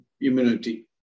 immunity